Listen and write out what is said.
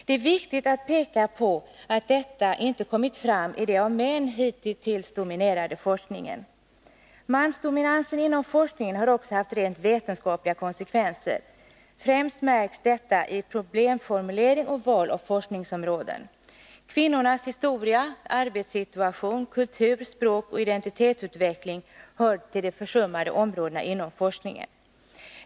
Det är viktigt att peka på att detta inte kommit fram i den av män hittills dominerade forskningen. Mansdominansen inom forskningen har också haft rent vetenskapliga konsekvenser. Främst märks detta i problemformulering och vid val av forskningsområden. Kvinnornas historia, arbetssituation, kultur, språk och identitetsutveckling hör till de försummade områdena inom forskningen.